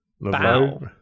bow